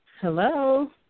Hello